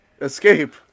escape